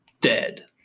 dead